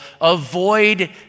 avoid